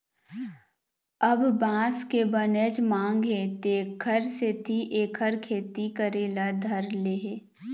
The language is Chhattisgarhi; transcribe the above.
अब बांस के बनेच मांग हे तेखर सेती एखर खेती करे ल धर ले हे